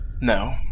No